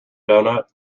donut